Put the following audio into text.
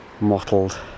mottled